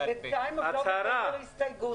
זה בינתיים עוד לא בשלב הסתייגות.